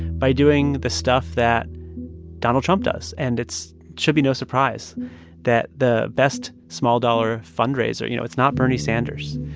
by doing the stuff that donald trump does. and it should be no surprise that the best small-dollar fundraiser, you know, it's not bernie sanders.